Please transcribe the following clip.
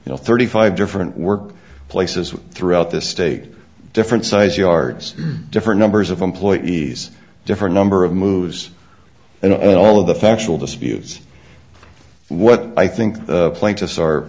you know thirty five different work places throughout the state different size yards different numbers of employees different number of moves and all of the factual disputes what i think the plaintiffs